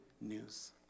news